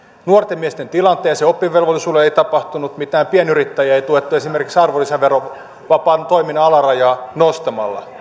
nuorten miesten tilanteeseen oppivelvollisuudelle ei tapahtunut mitään pienyrittäjiä ei tuettu esimerkiksi arvonlisäverovapaan toiminnan alarajaa nostamalla